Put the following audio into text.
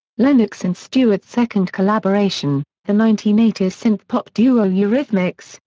lennox and stewart's second collaboration, the nineteen eighty s synthpop duo eurythmics,